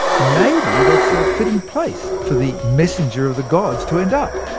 maybe that's a fitting place for the messenger of the gods to end up.